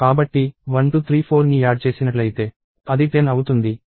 కాబట్టి 1234 ని యాడ్ చేసినట్లయితే అది 10 అవుతుంది